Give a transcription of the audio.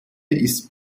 ist